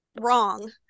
wrong